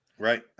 Right